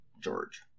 George